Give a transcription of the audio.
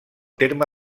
terme